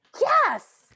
Yes